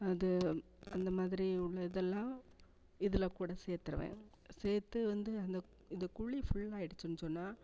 அது அந்தமாதிரி உள்ளதெல்லாம் இதில் கூட சேர்த்துருவேன் சேர்த்து வந்து அந்த இந்த குழி ஃபுல்லாயிடுச்சுன்னு சொன்னால்